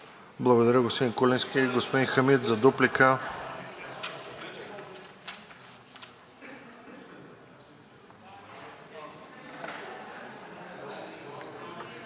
Благодаря, господин Куленски. Господин Хамид – за дуплика.